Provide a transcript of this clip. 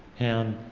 and